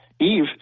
Eve